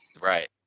Right